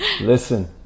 Listen